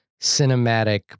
cinematic